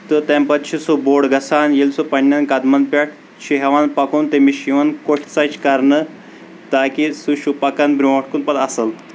تہٕ تیٚمہِ پتہٕ چھُ سُہ بوٚڑ گژھان ییٚلہِ سُہ پننٮ۪ن قدمن پٮ۪ٹھ چھُ ہٮ۪وان پکن تٔمِس چھِ یِوان کوٚٹھۍ ژَچہِ کرنہٕ تاکہِ سُہ چھُ پکان برونٛٹھ کُن پتہٕ اصٕل